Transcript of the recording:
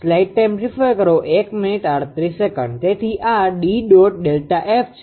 તેથી આ 𝐷Δ𝑓 છે